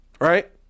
right